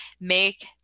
make